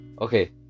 Okay